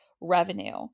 revenue